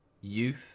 youth